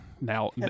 now